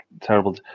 terrible